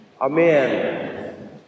Amen